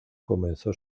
comenzó